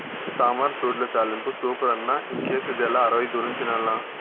తామరతూడ్ల తాలింపు సూపరన్న ఇంకేసిదిలా అరవై దూరం తినాల్ల